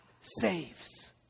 saves